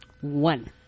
One